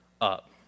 up